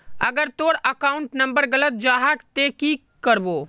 अगर तोर account number गलत जाहा ते की करबो?